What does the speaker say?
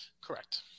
Correct